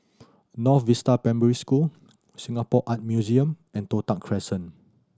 North Vista Primary School Singapore Art Museum and Toh Tuck Crescent